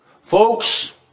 Folks